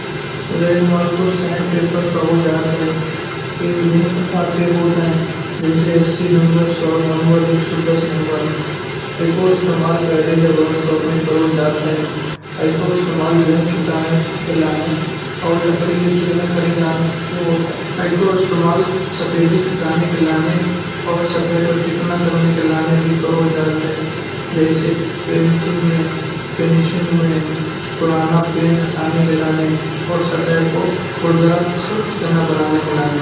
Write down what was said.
रेगमाल को sand paper कहो जात है। ये विभिन्न प्रकार के होत हैं जैसे अस्सी नंबर सौ नंबर एक सौ दस नंबर याइको इस्तेमाल गर्राज़ वर्कशॉप में करो जाता है। याको इस्तेमाल जंग छुड़ाने के लाने और लकड़ी को चिकना करने लाने होत ह। याइको इस्तेमाल सफेदी छुड़ाने के लाने और सतह को चिकना करने के लाने भी करो जात है। जैसे जैसे पेंटिंग में, फिनिशिंग में, पुराना पेंट हटाने के लाने और सतह को खुरदरा उसे चिकना बनाने के लाने।